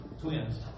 twins